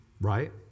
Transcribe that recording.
Right